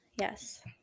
Yes